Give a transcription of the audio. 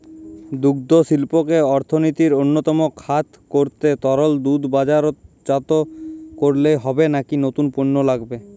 দুগ্ধশিল্পকে অর্থনীতির অন্যতম খাত করতে তরল দুধ বাজারজাত করলেই হবে নাকি নতুন পণ্য লাগবে?